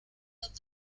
los